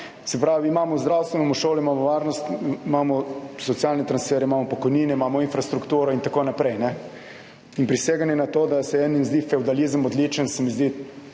Se pravi, imamo zdravstvo, imamo šole, imamo varnost, imamo socialne transferje, imamo pokojnine, imamo infrastrukturo in tako naprej. In priseganje na to, da se eni zdi fevdalizem odličen, se mi zdi,